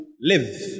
live